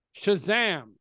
Shazam